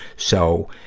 so,